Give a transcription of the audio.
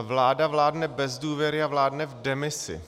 Vláda vládne bez důvěry a vládne v demisi.